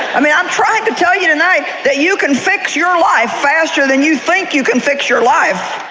i mean, i'm trying to tell you tonight that you can fix your life faster than you think you can fix your life.